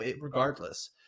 Regardless